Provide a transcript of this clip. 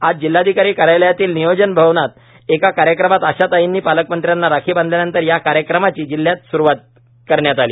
आज जिल्हाधिकारी कार्यालयातील नियोजन भवनात एका कार्यक्रमात आशा ताईंनी पालकमंत्र्यांना राखी बांधल्यानंतर या कार्यक्रमाची जिल्ह्यात स्रूवात करण्यात आली